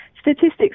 statistics